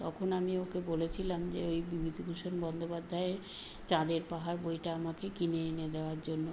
তখন আমি ওকে বলেছিলাম যে ওই বিভূতিভূষণ বন্দ্যোপাধ্যায়ের চাঁদের পাহাড় বইটা আমাকে কিনে এনে দেওয়ার জন্য